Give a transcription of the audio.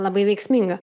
labai veiksminga